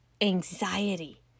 anxiety